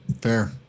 fair